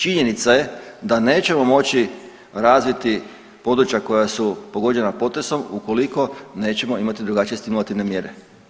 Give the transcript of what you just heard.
Činjenica je da nećemo moći razviti područja koja su pogođena potresom ukoliko nećemo imati drugačije stimulativne mjere.